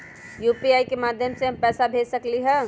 UPI के माध्यम से हम पैसा भेज सकलियै ह?